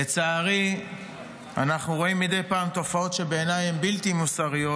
לצערי אנחנו רואים מדי פעם תופעות שבעיני הן בלתי מוסריות,